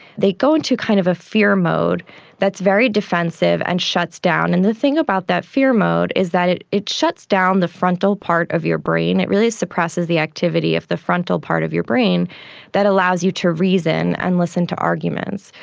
they go into kind of a fear mode that's very defensive and shuts down. and the thing about that fear mode is that it it shuts down the frontal part of your brain, it really suppresses the activity of the frontal part of your brain that allows you to reason and listen to arguments.